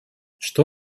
что